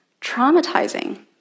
traumatizing